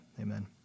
amen